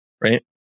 right